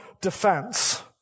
defense